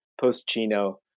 post-Chino